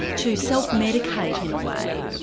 to self-medicate, in a way?